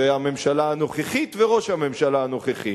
זה הממשלה הנוכחית וראש הממשלה הנוכחי.